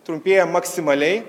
trumpėja maksimaliai